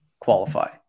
qualify